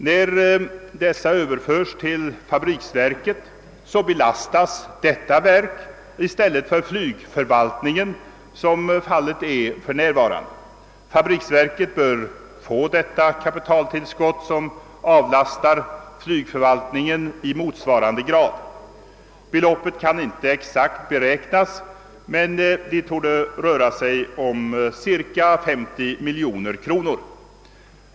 När dessa Överförs till fabriksverket, belastas detta verk i stället för flygförvaltningen. Fabriksverket bör få det kapitaltillskott som avlastas från flygförvaltningen. Beloppet kan inte exakt beräknas, men det torde röra sig om cirka 50 miljoner kronor.